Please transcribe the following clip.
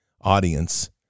audience